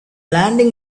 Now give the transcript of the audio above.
landing